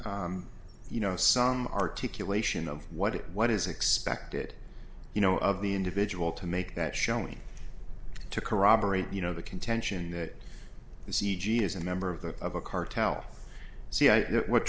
you know some articulation of what what is expected you know of the individual to make that showing to corroborate you know the contention that the c g is a member of the of a cartel cia what